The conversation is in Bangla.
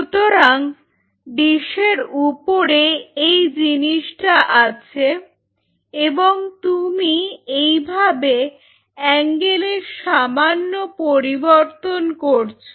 সুতরাং ডিসের উপরে এই জিনিসটা আছে এবং তুমি এইভাবে অ্যাঙ্গেলের সামান্য পরিবর্তন করছো